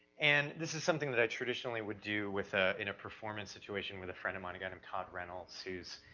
and this is something that i traditionally would do with a, in a performance situation, with a friend of mine, a guy named todd reynolds, who's